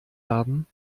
haben